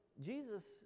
Jesus